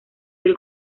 del